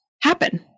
happen